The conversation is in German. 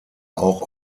auch